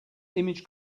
image